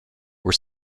were